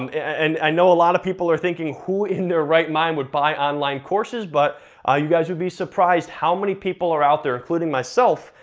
and i know a lot of people are thinking, who in their right mind would buy online courses? but ah you guys would be surprised how many people are out there, including myself,